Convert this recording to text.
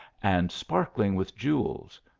and sparkhng with jewels,